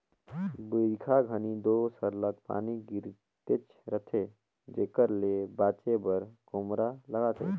बरिखा घनी दो सरलग पानी गिरतेच रहथे जेकर ले बाचे बर खोम्हरा लागथे